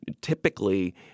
typically